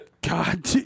God